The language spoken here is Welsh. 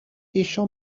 eisiau